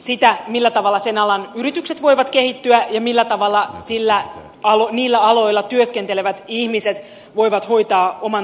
sitä millä tavalla sen alan yritykset voivat kehittyä ja millä tavalla niillä aloilla työskentelevät ihmiset voivat hoitaa oman toimeentulonsa